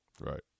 Right